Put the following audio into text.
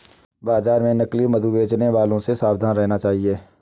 बाजार में नकली मधु बेचने वालों से सावधान रहना चाहिए